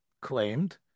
claimed